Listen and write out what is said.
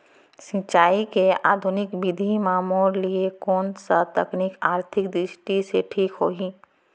सिंचाई के आधुनिक विधि म मोर लिए कोन स तकनीक आर्थिक दृष्टि से ठीक होही?